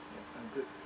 I'm good